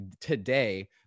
today